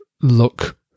look